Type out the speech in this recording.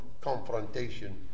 confrontation